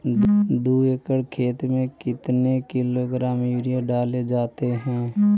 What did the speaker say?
दू एकड़ खेत में कितने किलोग्राम यूरिया डाले जाते हैं?